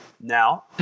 now